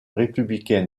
républicain